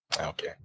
Okay